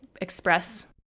express